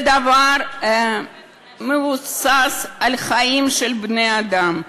זה דבר המבוסס על חיים של בני-אדם.